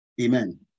Amen